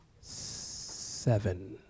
Seven